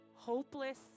hopeless